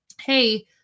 hey